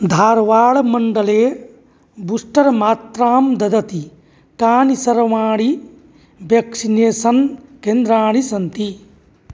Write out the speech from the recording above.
धारवाड्मण्डले booster मात्रां ददति कानि सर्वाणि ब्याक्सिनेसन् केन्द्राणि सन्ति